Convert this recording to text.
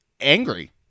angry